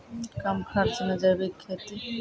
कम खर्च मे जैविक खेती?